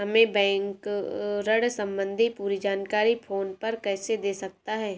हमें बैंक ऋण संबंधी पूरी जानकारी फोन पर कैसे दे सकता है?